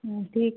हाँ ठीक